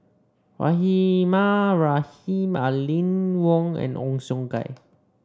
Rahimah Rahim Aline Wong and Ong Siong Kai